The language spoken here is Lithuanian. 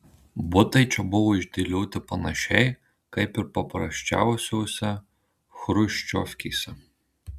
butai čia buvo išdėlioti panašiai kaip ir paprasčiausiose chruščiovkėse